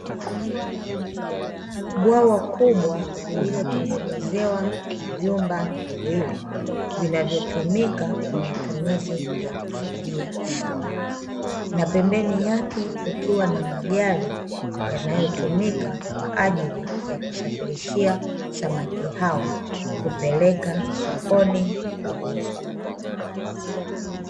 Bwawa kubwa lililotengenezewa vyumba viwili vinavyotumika kwa matumizi ya kufugia samaki, na pembeni yake kukiwa na magari yanayotumika kwa ajili ya kusafirishia samaki hao kupeleka sokoni kuuzwa.